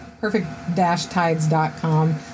perfect-tides.com